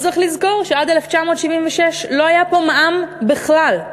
אבל צריך לזכור שעד 1976 לא היה פה מע"מ בכלל.